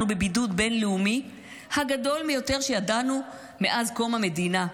אנחנו בבידוד הבין-לאומי הגדול ביותר שידענו מאז קום המדינה.